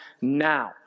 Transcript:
now